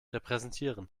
repräsentieren